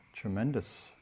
tremendous